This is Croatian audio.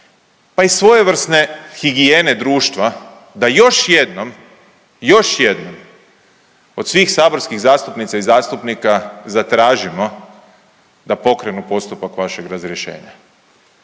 pa i svojevrsne higijene društva da još jednom, još jednom od svih saborskih zastupnica i zastupnika zatražimo da pokrenu postupak vašeg razrješenja